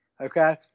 okay